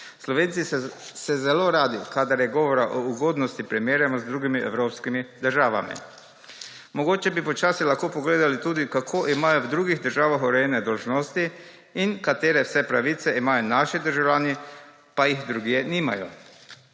Slovenci se zelo radi, kadar je govora o ugodnosti, primerjamo z drugimi evropskimi državami. Mogoče bi počasi lahko pogledali tudi, kako imajo v drugih državah urejene dolžnosti in katere vse pravice imajo naši državljani, pa jih drugje nimajo.